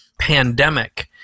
pandemic